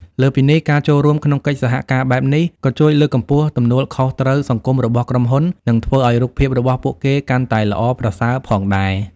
លើសពីនេះ ការចូលរួមក្នុងកិច្ចសហការបែបនេះ ក៏ជួយលើកកម្ពស់ទំនួលខុសត្រូវសង្គមរបស់ក្រុមហ៊ុន និងធ្វើឲ្យរូបភាពរបស់ពួកគេកាន់តែល្អប្រសើរផងដែរ។